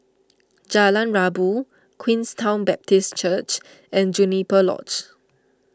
Jalan Rabu Queenstown Baptist Church and Juniper Lodge